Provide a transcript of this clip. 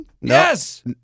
Yes